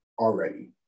already